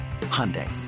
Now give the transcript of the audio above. Hyundai